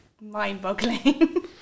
mind-boggling